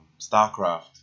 StarCraft